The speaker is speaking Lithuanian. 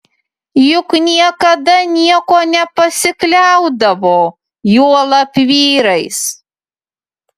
juk niekada niekuo nepasikliaudavo juolab vyrais